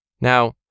Now